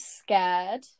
scared